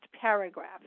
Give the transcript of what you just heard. paragraph